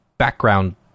background